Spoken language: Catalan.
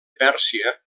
pèrsia